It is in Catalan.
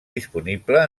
disponible